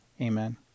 Amen